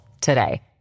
today